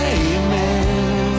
amen